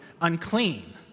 unclean